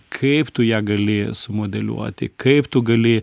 kaip tu ją gali sumodeliuoti kaip tu gali